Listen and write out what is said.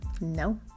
no